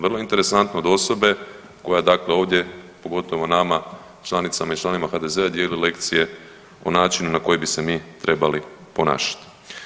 Vrlo interesantno od osobe koja dakle ovdje pogotovo nama članicama i članovima HDZ-a dijeli lekcije o načinu na koji bi se mi trebali ponašati.